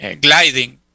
gliding